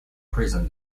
prison